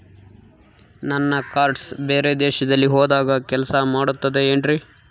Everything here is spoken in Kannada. ನನ್ನ ಕಾರ್ಡ್ಸ್ ಬೇರೆ ದೇಶದಲ್ಲಿ ಹೋದಾಗ ಕೆಲಸ ಮಾಡುತ್ತದೆ ಏನ್ರಿ?